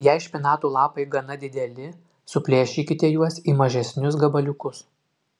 jei špinatų lapai gana dideli suplėšykite juos į mažesnius gabaliukus